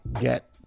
get